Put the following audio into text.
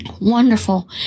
wonderful